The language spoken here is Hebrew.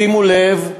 שימו לב,